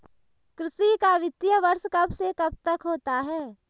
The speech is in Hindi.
कृषि का वित्तीय वर्ष कब से कब तक होता है?